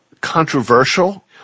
controversial